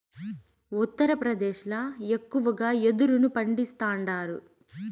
ఉత్తరప్రదేశ్ ల ఎక్కువగా యెదురును పండిస్తాండారు